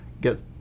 get